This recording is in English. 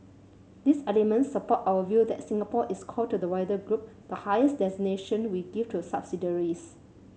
these elements support our view that Singapore is core to the wider group the highest designation we give to subsidiaries